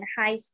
high